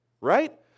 Right